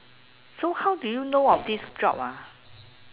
so how do you know of this job ah